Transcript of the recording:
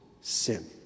sin